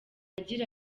agira